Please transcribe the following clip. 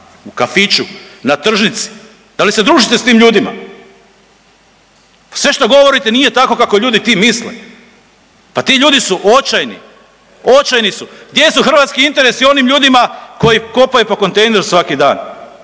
u kafiću, na tržnici. Da li se družite s tim ljudima? Sve što govorite nije tako ljudi ti misle. Pa ti ljudi su očajni, očajni su. Gdje su hrvatski interesi onim ljudima koji kopaju po kontejneru svaki dan?